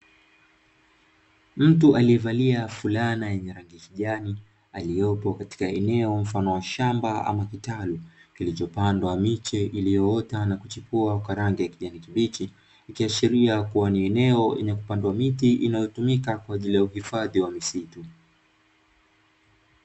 Mtu aliyevalia fulana yenye rangi ya kijani aliyepo katika eneo mfano wa shamba ama kitalu kilichopandwa miche iliyoota na kuchipua kwa rangi ya kijani kibichi, ikiashiria kuwa ni eneo lenye kupandwa miti inayotumika kwa ajili ya uhifadhi wa misitu.